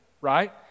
right